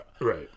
right